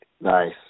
nice